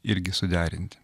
irgi suderinti